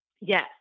Yes